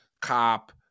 Cop